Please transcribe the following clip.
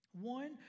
one